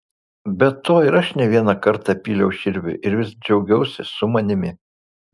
be to ir aš ne vieną kartą pyliau širviui ir vis džiaugiausi su manimi